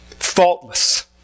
Faultless